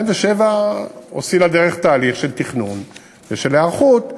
2007 הוציאה לדרך תהליך של תכנון ושל היערכות.